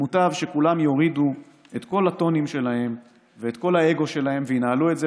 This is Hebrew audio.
מוטב שכולם יורידו את כל הטונים שלהם ואת כל האגו שלהם וינהלו את זה.